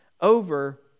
over